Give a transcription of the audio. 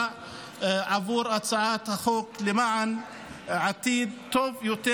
עבור הצעת החוק למען עתיד טוב יותר.